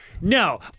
no